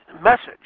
message